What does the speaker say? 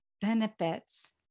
benefits